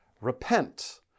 repent